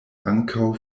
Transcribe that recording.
ankaŭ